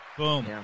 Boom